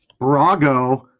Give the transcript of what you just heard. Brago